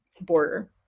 border